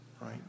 right